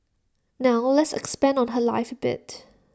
now let's expand on her life A bit